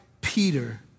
Peter